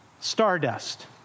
stardust